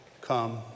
come